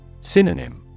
Synonym